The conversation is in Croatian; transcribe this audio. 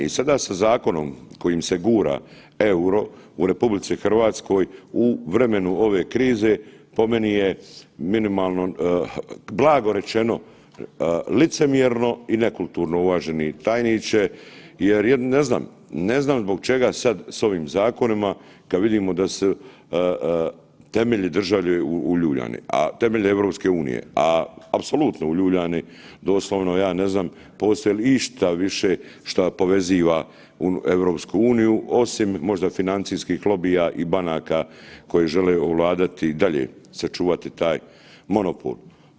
I sada sa zakonom kojim se gura EUR-o u RH u vremenu ove krize po meni je minimalno, blago rečeno licemjerno i nekulturno uvaženi tajniče jer ne znam, ne znam zbog čega sad s ovim zakonima kad vidimo da su temelji države uljuljani, a temelji EU, a apsolutno uljuljani, doslovno ja ne znam postoji li išta više šta poveziva EU osim možda financijskih lobija i banaka koje žele ovladati i dalje sačuvati taj monopol.